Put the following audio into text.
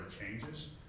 changes